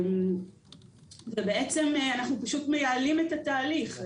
אנחנו פשוט מייעלים את התהליך.